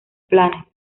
planes